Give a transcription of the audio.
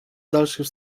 dalszych